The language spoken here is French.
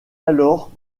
alors